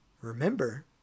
remember